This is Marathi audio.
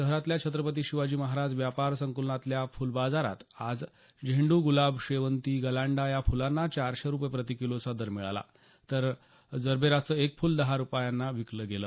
शहरातल्या छत्रपती शिवाजी महाराज व्यापार संकुलातल्या फुल बाजारात आज झेंडू गुलाब शेवंती गलांडा या फुलांना चारशे रुपये प्रतिकिलोचा दर मिळाला तर जबेराच एक फुल दहा रुपयांना विकलं गेलं